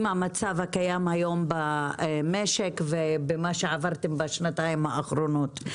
המצב הקיים היום במשק ובמה שעברתן בשנתיים האחרונות.